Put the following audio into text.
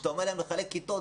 כשאתה אומר להם לחלק כיתות,